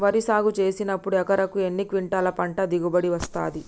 వరి సాగు చేసినప్పుడు ఎకరాకు ఎన్ని క్వింటాలు పంట దిగుబడి వస్తది?